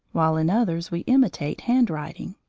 while in others we imitate handwriting,